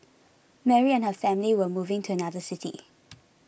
Mary and her family were moving to another city